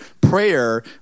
Prayer